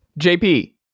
JP